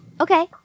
Okay